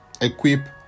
equip